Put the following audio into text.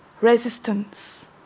resistance